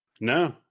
No